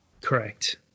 Correct